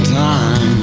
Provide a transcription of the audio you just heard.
time